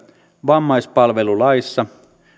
vammaispalvelulaissa